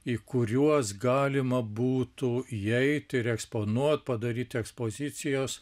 į kuriuos galima būtų įeiti ir eksponuot padaryti ekspozicijos